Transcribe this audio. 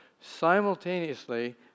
simultaneously